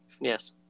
Yes